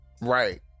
Right